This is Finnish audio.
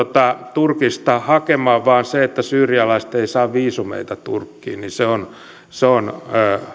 turkista hakemaan vaan se että syyrialaiset eivät saa viisumeita turkkiin se on se on